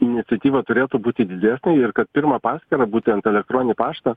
iniciatyva turėtų būti didesnė ir kad pirma paskyrą būtent elektroninį paštą